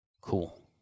Cool